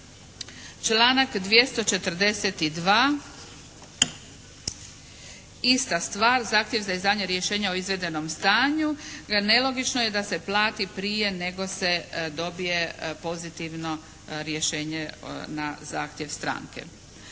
Članak 242. Ista stvar. Zahtjev za izdavanje rješenja o izvedenom stanju. Dakle nelogično je da se plati prije nego se dobije pozitivno rješenje na zahtjev stranke.